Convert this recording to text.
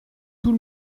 tout